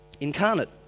incarnate